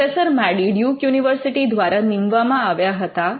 professor Maddy Duke University દ્વારા નીમવામાં આવ્યા હતા